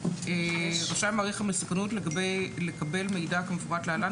" רשאי מעריך המסוכנות לקבל מידע כמפורט להלן,